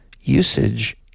usage